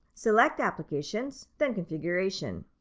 select applications, then configuration.